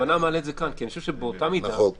אני אומר מה מפריע היום --- אין פה אופרציה ביורוקרטית.